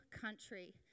country